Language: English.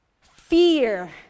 Fear